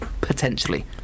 Potentially